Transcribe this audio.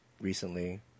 recently